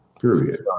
Period